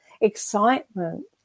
excitement